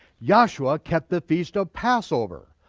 yahshua kept the feast of passover.